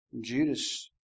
Judas